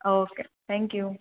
okay thank you